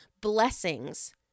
blessings